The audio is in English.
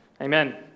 Amen